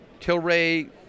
Tilray